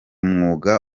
mwuga